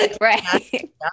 right